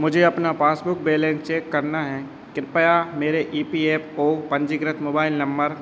मुझे अपना passbook balance check करना है कृपया मेरे ई पी एफ ओ पंजीकृत मोबाइल नंबर